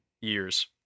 years